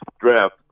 draft